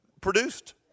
Produced